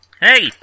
Hey